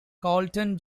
colton